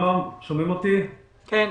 תודה.